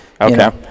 okay